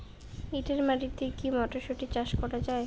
এটেল মাটিতে কী মটরশুটি চাষ করা য়ায়?